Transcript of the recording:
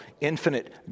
infinite